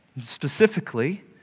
Specifically